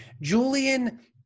julian